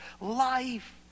Life